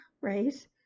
right